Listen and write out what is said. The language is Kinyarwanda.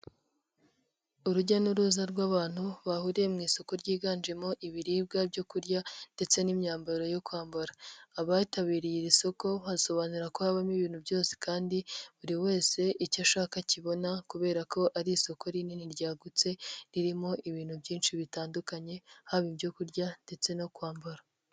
Urujya n'uruza rw'abantu bahuriye mu isoko ryiganjemo: ibiribwa, ibyo kurya ndetse n'imyambaro yo kwambara. Abitabiriye iri soko basobanura ko habamo ibintu byose kandi buri wese icyo ashaka akibona kubera ko ari isoko rinini ryagutse, ririmo ibintu byinshi bitandukanye, haba ibyo kurya ndetse no kwambara.